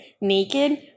naked